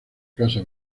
casa